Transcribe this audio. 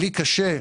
לי קשה,